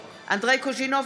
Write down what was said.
אינה נוכחת אנדרי קוז'ינוב,